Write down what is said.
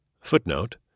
Footnote